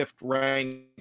rank